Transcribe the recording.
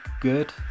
good